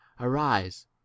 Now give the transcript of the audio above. arise